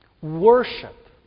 Worship